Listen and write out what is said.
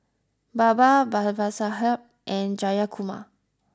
Baba Babasaheb and Jayakumar